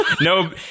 no